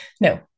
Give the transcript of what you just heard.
No